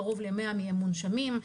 קרוב ל-100 מהם מונשמים.